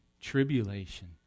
tribulation